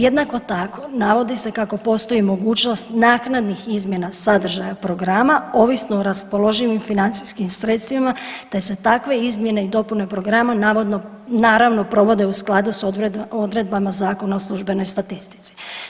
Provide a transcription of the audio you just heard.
Jednako tako navodi se kako postoji mogućnost naknadnih izmjena sadržaja programa ovisno o raspoloživim financijskim sredstvima, te se takve izmjene i dopune programa navodno, naravno provode u skladu s odredbama Zakona o službenoj statistici.